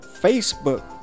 Facebook